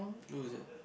who is that